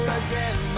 again